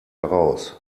heraus